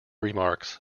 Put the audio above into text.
remarks